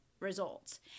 results